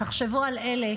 תחשבו על אלה